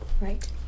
Right